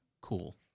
Cool